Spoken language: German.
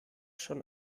schon